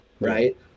right